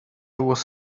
was